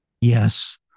Yes